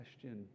question